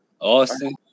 Austin